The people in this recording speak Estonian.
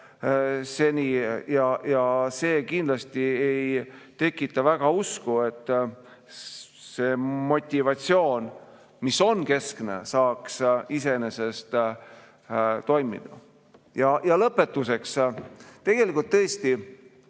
ja see kindlasti ei tekita väga usku, et motivatsioon, mis on keskne, saaks iseenesest toimida. Lõpetuseks. Tõesti,